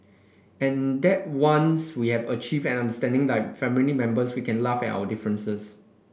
and that once we have achieved an understanding like family members we can laugh at our differences